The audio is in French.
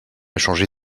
changer